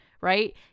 right